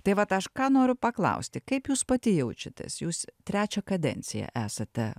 tai vat aš ką noriu paklausti kaip jūs pati jaučiatės jūs trečią kadenciją esate